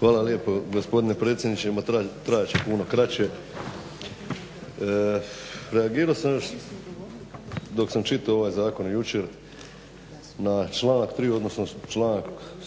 Hvala lijepo gospodine predsjedniče. Ma trajat će puno kraće. Reagirao sam dok sam čitao ovaj zakon jučer na članak 3.odnsono članak